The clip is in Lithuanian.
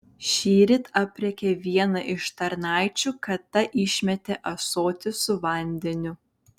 šįryt aprėkė vieną iš tarnaičių kad ta išmetė ąsotį su vandeniu